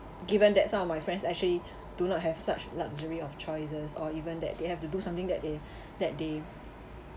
given that some of my friends actually do not have such luxury of choices or even that they have to do something that they that they